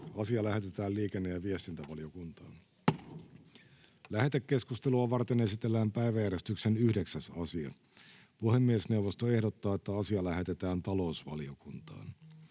mutta näemme kyllä nämä haasteet. — Kiitoksia. Lähetekeskustelua varten esitellään päiväjärjestyksen 9. asia. Puhemiesneuvosto ehdottaa, että asia lähetetään talousvaliokuntaan.